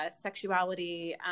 sexuality